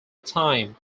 time